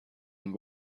and